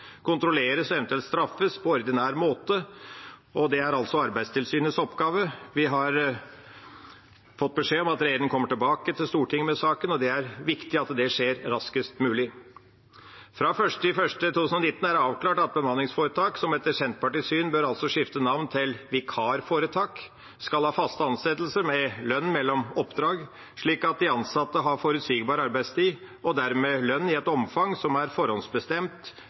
kontrolleres og eventuelt straffes på ordinær måte, er Arbeidstilsynets oppgave. Vi har fått beskjed om at regjeringa kommer tilbake til Stortinget med saken, og det er viktig at det skjer raskest mulig. Fra 1. januar 2019 er det avklart at bemanningsforetak – som etter Senterpartiets syn bør skifte navn til vikarforetak – skal ha faste ansettelser med lønn mellom oppdrag, slik at de ansatte har forutsigbar arbeidstid, og dermed lønn i et omfang som er forhåndsbestemt